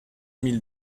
mille